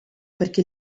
perché